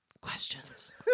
Questions